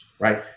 right